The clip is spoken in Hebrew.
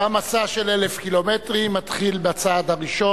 גם מסע של אלף קילומטרים מתחיל בצעד הראשון.